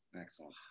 excellent